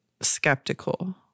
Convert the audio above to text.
skeptical